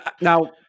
Now